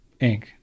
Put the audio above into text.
Inc